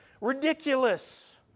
ridiculous